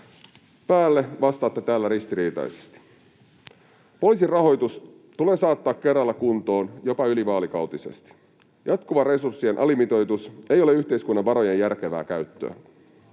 päälle vastaatte täällä ristiriitaisesti. Poliisin rahoitus tulee saattaa kerralla kuntoon, jopa ylivaalikautisesti. Jatkuva resurssien alimitoitus ei ole yhteiskunnan varojen järkevää käyttöä.